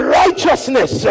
righteousness